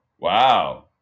wow